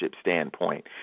standpoint